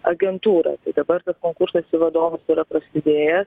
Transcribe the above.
agentūra dabar konkursas į vadovus yra prasidėjęs